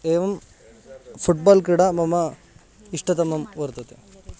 एवं फ़ुट्बाल् क्रीडा मम इष्टतमा वर्तते